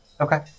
okay